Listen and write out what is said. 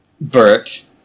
Bert